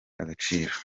agaciro